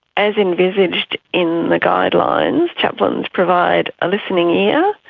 as envisaged in the guidelines, chaplains provide a listening ear,